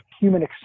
human